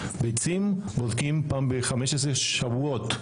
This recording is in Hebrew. ביצים בודקים פעם ב-15 שבועות.